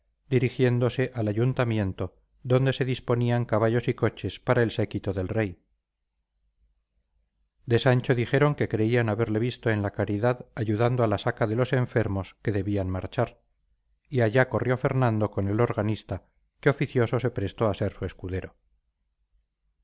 dirigiéndose al ayuntamiento donde se disponían caballos y coches para el séquito del rey de sancho dijeron que creían haberle visto en la caridad ayudando a la saca de los enfermos que debían marchar y allá corrió fernando con el organista que oficioso se prestó a ser su escudero